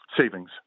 Savings